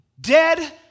dead